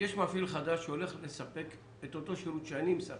מפעיל חדש שהולך לספק את אותו שירות שאני מספק.